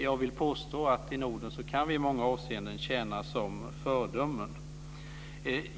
Jag vill påstå att vi i Norden i många avseenden kan tjäna som föredömen.